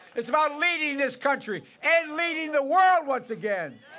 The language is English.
it's about leading this country and leading the world once again.